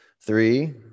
Three